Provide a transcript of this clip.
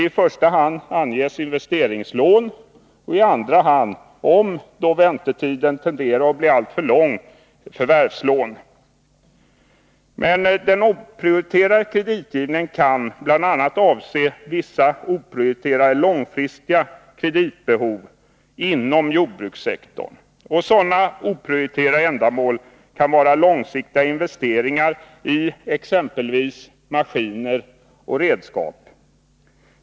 I första hand anges investeringslån och i andra hand, om väntetiden tenderar att bli alltför lång, förvärvslån. Den oprioriterade kreditgivningen kan bl.a. avse vissa oprioriterade långfristiga kreditbehov inom jordbrukssektorn. Sådana oprioriterade ändamål kan vara långsiktiga investeringar i exempelvis maskiner och redskap.